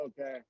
Okay